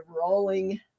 rolling